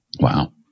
Wow